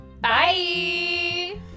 bye